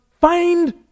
find